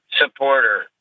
supporter